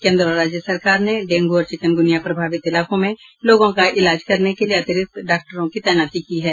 केन्द्र और राज्य सरकार ने डेंगू और चिकनगुनिया प्रभावित इलाकों में लोगों का इलाज करने के लिए अतिरिक्त डॉक्टरों की तैनाती की है